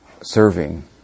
serving